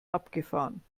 abgefahren